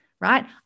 right